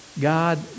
God